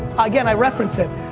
again, i reference it,